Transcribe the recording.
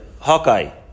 Hawkeye